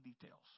details